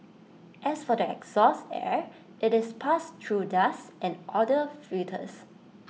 as for the exhaust air IT is passed through dust and odour filters